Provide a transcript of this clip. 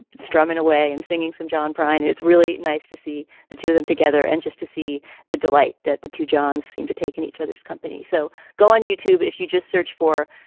strumming away and singing some. john prine and it's really nice to see the two of them together and just to see the delight that the two johns seem to take in each other's company. so go on youtube if you just search for.